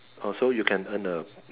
oh so you can earn a